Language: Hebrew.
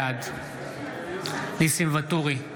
בעד ניסים ואטורי,